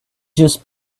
just